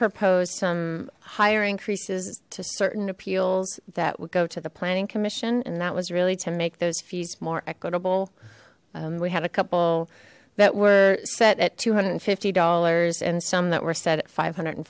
propose some higher increases to certain appeals that would go to the planning commission and that was really to make those fees more equitable we had a couple that were set at two hundred and fifty dollars and some that were set at five hundred and